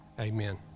amen